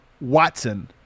watson